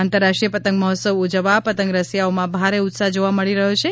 આંતરરાષ્ટ્રીય પતંગ મહોત્સવ ઉજવવા પતંગ રસિયાઓ માં ભારે ઉત્સાહ જોવા મળી રહ્યો છે